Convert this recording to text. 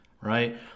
right